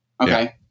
Okay